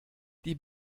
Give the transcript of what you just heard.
die